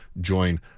join